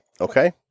okay